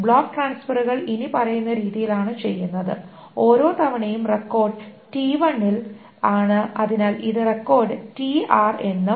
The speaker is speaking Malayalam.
ബ്ലോക്ക് ട്രാൻസ്ഫറുകൾ ഇനിപ്പറയുന്ന രീതിയിലാണ് ചെയ്യുന്നത് ഓരോ തവണയും റെക്കോർഡ് tr ൽ അതിനാൽ ഇതാണ് റെക്കോർഡ് tr എന്നും